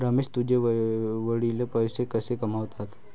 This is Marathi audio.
रमेश तुझे वडील पैसे कसे कमावतात?